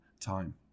time